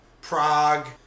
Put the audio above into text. Prague